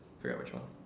forget which one